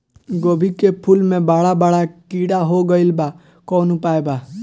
गोभी के फूल मे बड़ा बड़ा कीड़ा हो गइलबा कवन उपाय बा?